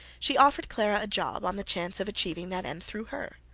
she offered clara a job on the chance of achieving that end through her.